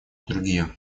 другие